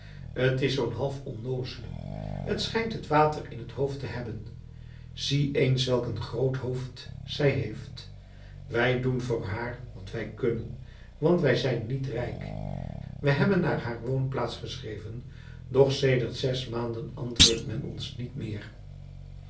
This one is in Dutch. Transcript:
t is zoo'n half onnoozele t schijnt het water in t hoofd te hebben zie eens welk een groot hoofd zij heeft wij doen voor haar wat wij kunnen want wij zijn niet rijk wij hebben naar haar woonplaats geschreven doch sedert zes maanden antwoordt men ons niet meer